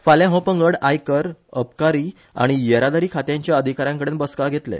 फाल्या हो पंगड आयकर अबकारी आनी येरादारी खात्यांच्या अधिकाऱ्याकडेन बसका घेतले